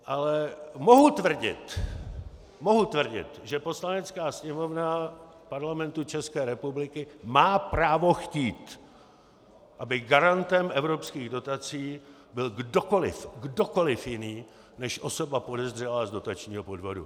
Ale mohu tvrdit, mohu tvrdit, že Poslanecká sněmovna Parlamentu České republiky má právo chtít, aby garantem evropských dotací byl kdokoliv kdokoliv jiný než osoba podezřelá z dotačního podvodu.